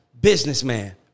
businessman